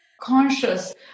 conscious